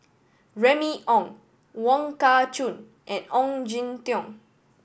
Remy Ong Wong Kah Chun and Ong Jin Teong